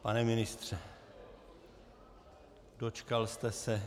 Pane ministře, dočkal jste se.